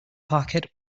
parquet